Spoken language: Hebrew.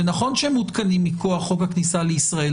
שנכון שהם מותקנים מכוח חוק הכניסה לישראל,